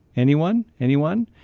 anyone? anyone?